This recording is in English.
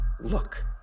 Look